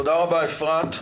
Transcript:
תודה רבה אפרת.